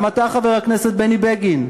גם אתה, חבר הכנסת בני בגין,